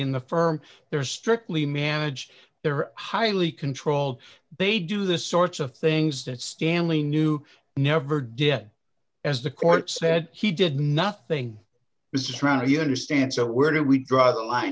in the firm they're strictly managed they're highly controlled they do the sorts of things that stanley knew never did as the court said he did nothing this is trying to understand so where do we draw the line